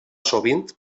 sovint